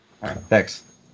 Thanks